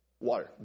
water